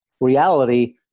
Reality